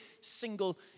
single